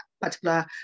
particular